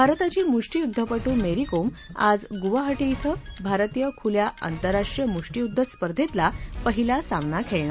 भारताची मुष्टीयुद्धपटू मेरी कोम आज गुवाहाटी क्वें भारतीय खुल्या आंतरराष्ट्रीय मुष्टीयुद्ध स्पर्धेतला पहिला सामना खेळणार